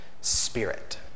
spirit